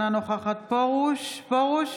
אינה נוכחת מאיר פרוש,